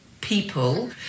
people